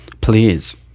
please